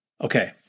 Okay